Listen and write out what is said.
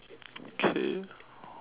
okay